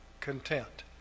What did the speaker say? content